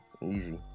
Easy